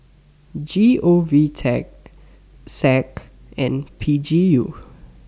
G O V Tech SAC and P G U